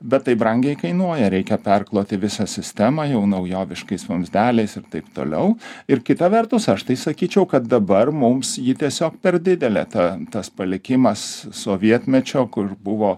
bet tai brangiai kainuoja reikia perkloti visą sistemą jau naujoviškais vamzdeliais ir taip toliau ir kita vertus aš tai sakyčiau kad dabar mums ji tiesiog per didelė ta tas palikimas sovietmečio kur buvo